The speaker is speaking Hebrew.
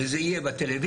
וזה יהיה בטלוויזיה,